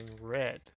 red